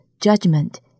judgment